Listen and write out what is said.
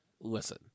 Listen